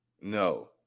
No